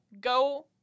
go